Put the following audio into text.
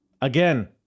again